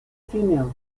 female